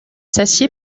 s’assied